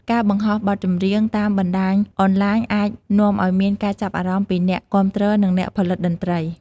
ការបង្ហោះបទចម្រៀងតាមបណ្ដាញអនឡាញអាចនាំឱ្យមានការចាប់អារម្មណ៍ពីអ្នកគាំទ្រនិងអ្នកផលិតតន្ត្រី។